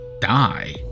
die